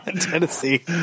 Tennessee